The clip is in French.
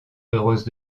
heureuse